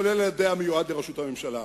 גם על-ידי המיועד לראשות הממשלה.